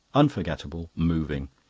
unforgettable, moving.